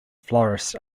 flourished